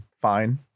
fine